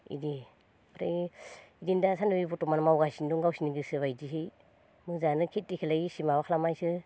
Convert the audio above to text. इदि ओमफ्राय इदिनो दा सान्दै बर्थ'मान मावगासिनो दं गावसिनि गोसोबायदियै मोजांआनो खिथिखोलाय इसे माबा खालामा इसोरो